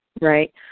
Right